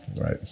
Right